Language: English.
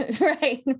Right